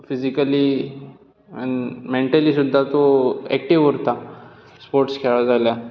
physically आनी mentally सुद्दां तूं एक्टिव उरता स्पोर्टस खेळो जाल्यार